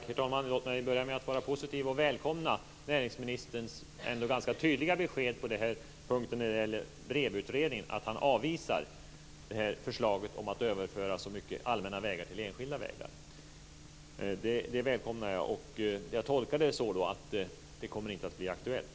Herr talman! Låt mig börja med att vara positiv och välkomna näringsministerns ganska tydliga besked när det gäller BREV-utredningen. Han avvisar förslaget om att låta många allmänna vägar bli enskilda vägar. Jag tolkar det så att det inte kommer att bli aktuellt.